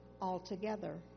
altogether